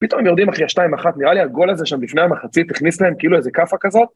פתאום יורדים אחרי 2-1, נראה לי הגול הזה שם לפני המחצית הכניס להם כאילו איזה כאפה כזאת.